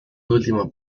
último